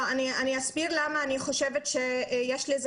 אסביר למה אני חושבת שיש לזה